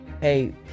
hey